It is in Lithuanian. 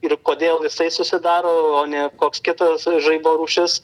ir kodėl jisai susidaro o ne koks kitas žaibo rūšis